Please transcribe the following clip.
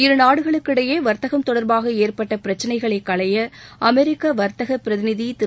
இருநாடுகளுக்கு இடையே வர்த்தகம் தொடர்பாக ஏற்பட்ட பிரச்னைகளைக் களைய அமெரிக்க வர்த்தக பிரதிநிதி திரு